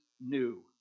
new